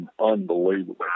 unbelievable